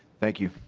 thank you.